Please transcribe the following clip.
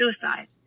suicide